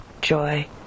joy